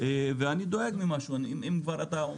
ואני דואג ממשהו, אם כבר אתה אומר.